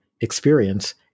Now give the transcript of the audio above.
experience